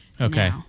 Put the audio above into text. okay